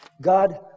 God